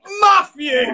Matthew